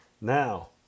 Now